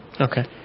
Okay